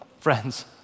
friends